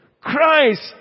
Christ